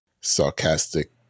sarcastic